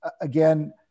again